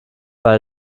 bei